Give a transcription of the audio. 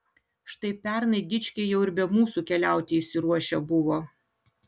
štai pernai dičkiai jau ir be mūsų keliauti išsiruošę buvo